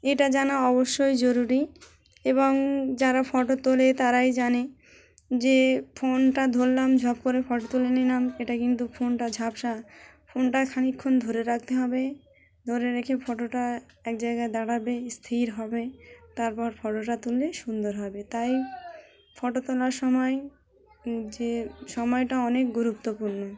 এটা জানা অবশ্যই জরুরি এবং যারা ফটো তোলে তারাই জানে যে ফোনটা ধরলাম ঝপ করে ফটো তুলে নিলাম এটা কিন্তু ফোনটা ঝাপসা ফোনটা খানিকক্ষণ ধরে রাখতে হবে ধরে রেখে ফটোটা এক জায়গায় দাঁড়াবে স্থির হবে তারপর ফটোটা তুললে সুন্দর হবে তাই ফটো তোলার সময় যে সময়টা অনেক গুরুত্বপূর্ণ